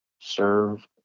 serve